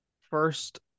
First